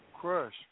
Crush